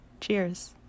Cheers